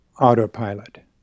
autopilot